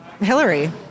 Hillary